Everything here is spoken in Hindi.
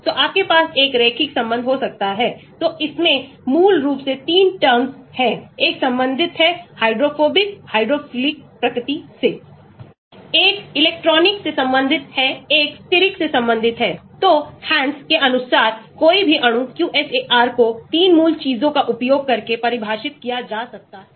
तो आपके पास एक रैखिक संबंध हो सकता है तो इसमें मूल रूप से 3 terms हैं एक संबंधित है हाइड्रोफोबिक हाइड्रोफिलिक प्रकृति से log 1C a b σ cES d linear log 1C a2 b c σ dES e nonlinear एक इलेक्ट्रॉनिक से संबंधित है एक स्टिकर से संबंधित है तो Hansch's के अनुसार कोई भी अणु QSAR को 3 मूल चीजों का उपयोग करके परिभाषित किया जा सकता है